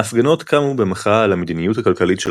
ההפגנות קמו במחאה על המדיניות הכלכלית של